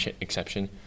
exception